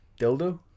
Dildo